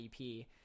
EP